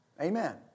Amen